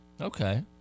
Okay